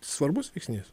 svarbus veiksnys